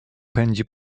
pędzi